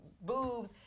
boobs